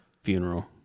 funeral